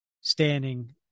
standing